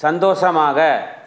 சந்தோஷமாக